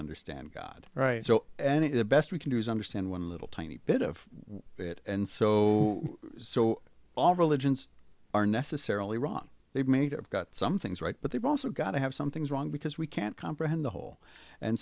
understand god right so and it is the best we can do is understand one little tiny bit of it and so so all religions are necessarily wrong they've made up got some things right but they've also got to have some things wrong because we can't comprehend the whole and